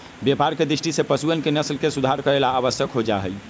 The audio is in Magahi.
व्यापार के दृष्टि से पशुअन के नस्ल के सुधार करे ला आवश्यक हो जाहई